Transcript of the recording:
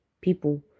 people